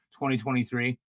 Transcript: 2023